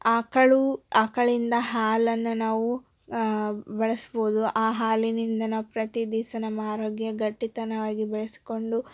ಆಕಳು ಆಕಳಿಂದ ಹಾಲನ್ನು ನಾವು ಬಳಸ್ಬೋದು ಆ ಹಾಲಿನಿಂದ ನಾವು ಪ್ರತಿದಿವಸ ನಮ್ಮ ಆರೋಗ್ಯ ಗಟ್ಟಿತನವಾಗಿ ಬೆಳೆಸಿಕೊಂಡು